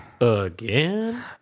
Again